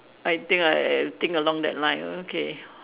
I think I think along that line okay